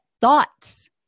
thoughts